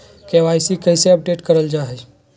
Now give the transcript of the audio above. KYC update कैसे करल जाहै?